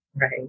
Right